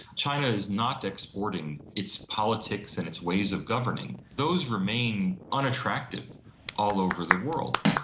china is not exporting its politics and its ways of governing. those remain unattractive all over the world.